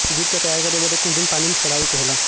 jute क तैयार करे बदे कुछ दिन पानी में सड़ावे के होला